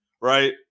right